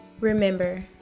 Remember